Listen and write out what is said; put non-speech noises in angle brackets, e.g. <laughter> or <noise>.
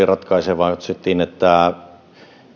<unintelligible> ratkaisevaa oli se että katsottiin